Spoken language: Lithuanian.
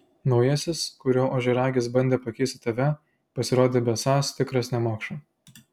naujasis kuriuo ožiaragis bandė pakeisti tave pasirodė besąs tikras nemokša